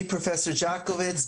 אני פרופסור ג'וטקוביץ',